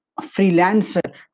freelancer